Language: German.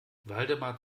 waldemar